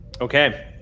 Okay